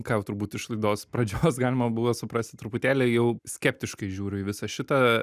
ką jau turbūt iš laidos pradžios galima buvo suprasti truputėlį jau skeptiškai žiūriu į visą šitą